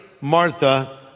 Martha